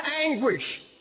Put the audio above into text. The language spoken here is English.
anguish